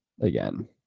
again